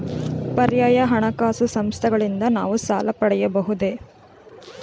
ಪರ್ಯಾಯ ಹಣಕಾಸು ಸಂಸ್ಥೆಗಳಿಂದ ನಾವು ಸಾಲ ಪಡೆಯಬಹುದೇ?